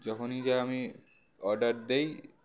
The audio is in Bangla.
যখনই আমি অর্ডার দই